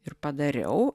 ir padariau